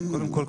קודם כל,